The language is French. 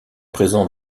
présent